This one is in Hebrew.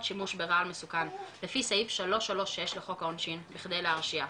שימוש ברעל מסוכן לפי סעיף 336 לחוק העונשין בכדי להרשיע,